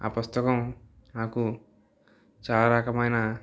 ఆ పుస్తకం నాకు చాలా రకమైన